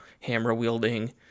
hammer-wielding